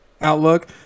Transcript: outlook